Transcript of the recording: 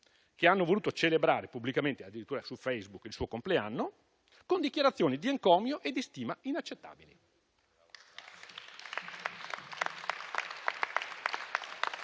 che hanno voluto celebrare addirittura pubblicamente su Facebook il suo compleanno, con dichiarazioni di encomio e di stima inaccettabili.